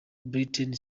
britney